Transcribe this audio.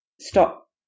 stop